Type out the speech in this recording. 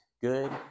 good